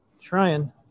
Trying